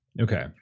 Okay